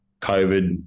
COVID